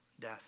death